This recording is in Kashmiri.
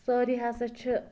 سٲری ہَسا چھِ